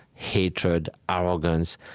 hatred, arrogance.